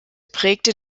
prägte